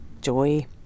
Joy